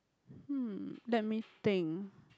um let me think